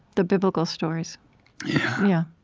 the biblical stories yeah